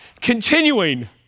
continuing